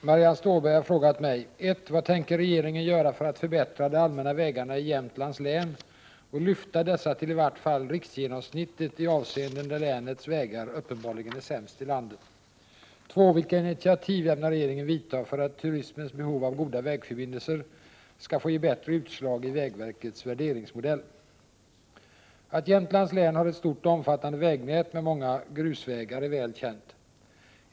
Herr talman! Marianne Stålberg har frågat mig: Att Jämtlands län har ett stort och omfattande vägnät med många 68 grusvägar är väl känt.